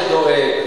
למי שדואג,